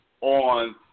on